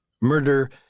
murder